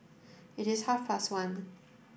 it is half fast one